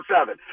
seven